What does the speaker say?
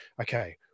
okay